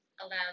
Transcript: allows